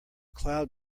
cloud